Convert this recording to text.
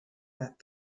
that